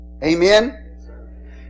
Amen